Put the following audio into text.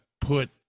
put